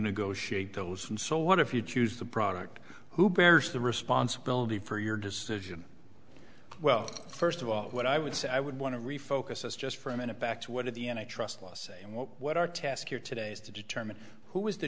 negotiate those and so what if you choose the product who bears the responsibility for your decision well first of all what i would say i would want to refocus us just for a minute back to what at the end i trust law say and what what our task here today is to determine who is the